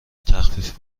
تخفیف